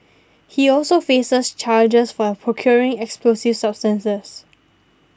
he also faces charges for a procuring explosive substances